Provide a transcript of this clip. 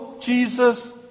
Jesus